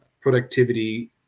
productivity